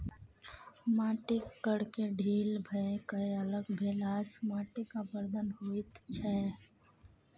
माटिक कणकेँ ढील भए कए अलग भेलासँ माटिक अपरदन होइत छै